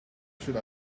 should